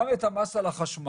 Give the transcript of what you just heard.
גם את המס על החשמל,